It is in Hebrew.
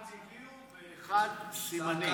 אחד הביאו, ואחד, סימנים.